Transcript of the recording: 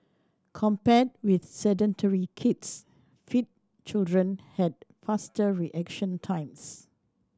compared with sedentary kids fit children had faster reaction times